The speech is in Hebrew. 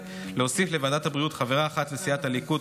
להוסיף לוועדת הבריאות חברה אחת לסיעת הליכוד,